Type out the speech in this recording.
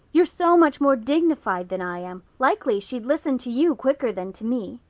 you're so much more dignified than i am. likely she'd listen to you quicker than to me.